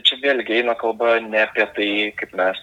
čia vėlgi eina kalba ne apie tai kaip mes